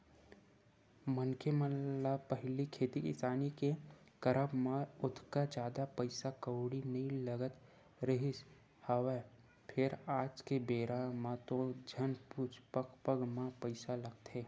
मनखे मन ल पहिली खेती किसानी के करब म ओतका जादा पइसा कउड़ी नइ लगत रिहिस हवय फेर आज के बेरा म तो झन पुछ पग पग म पइसा लगथे